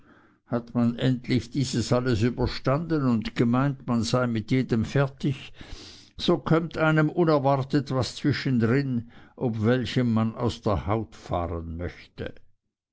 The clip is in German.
hat man endlich dieses alles überstanden und gemeint man sei mit jedem fertig so kömmt einem unerwartet was zwischendrein ob welchem man aus der haut fahren möchte